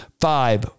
five